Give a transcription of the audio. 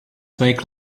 make